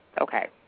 okay